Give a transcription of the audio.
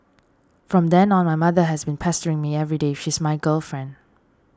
from then on my mother has been pestering me everyday she's my girlfriend